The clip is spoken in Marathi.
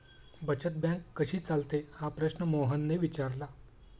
बचत बँक कशी चालते हा प्रश्न मोहनने विचारला?